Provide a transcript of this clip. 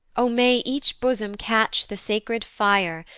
o may each bosom catch the sacred fire,